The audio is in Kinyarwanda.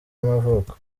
y’amavuko